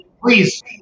Please